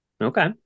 Okay